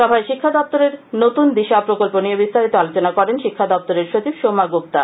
সভায় শিক্ষা দপ্তরের নতুন দিশা প্রকল্প নিয়ে বিস্তারিত আলোচনা করেন শিক্ষা দপ্তরের সচিব সৌম্যা গুপ্তা